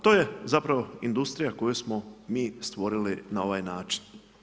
To je zapravo industrija koju smo mi stvorili na ovaj način.